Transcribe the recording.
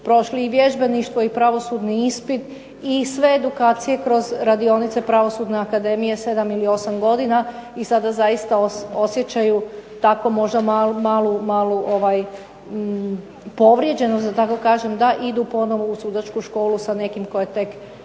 prošli i vježbeništvo i pravosudni ispit i sve edukacije kroz radionice Pravosudne akademije 7 ili 8 godina i sada zaista osjećaju tako možda malu povrijeđenost, da tako kažem, da idu ponovno u Sudačku školu sa nekim tko je tek